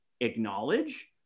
acknowledge